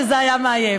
שזה היה מעייף.